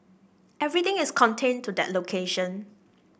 everything is contained to that location